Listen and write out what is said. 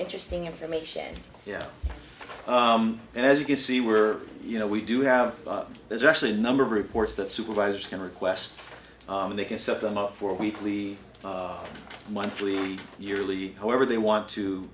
interesting information yeah and as you can see we're you know we do have there's actually a number of reports that supervisors can request and they can set them up for weekly or monthly yearly however they want to